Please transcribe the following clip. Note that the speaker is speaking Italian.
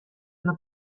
una